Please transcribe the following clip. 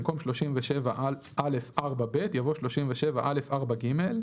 במקום "37א4ב" יבוא "37א4ג".